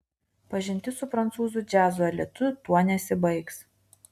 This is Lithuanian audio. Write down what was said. pažintis su prancūzų džiazo elitu tuo nesibaigs